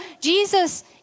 Jesus